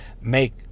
make